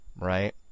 right